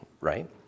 right